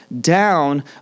down